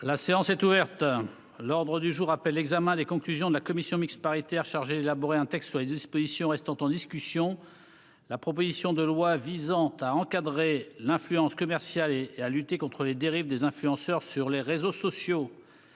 La séance est reprise. L'ordre du jour appelle l'examen des conclusions de la commission mixte paritaire chargée d'élaborer un texte sur les dispositions restant en discussion de la proposition de loi visant à encadrer l'influence commerciale et à lutter contre les dérives des influenceurs sur les réseaux sociaux